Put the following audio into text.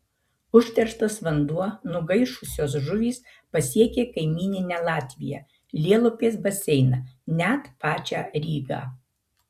užterštas vanduo nugaišusios žuvys pasiekė kaimyninę latviją lielupės baseiną net pačią rygą